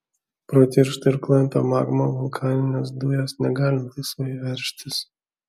pro tirštą ir klampią magmą vulkaninės dujos negali laisvai veržtis